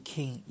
King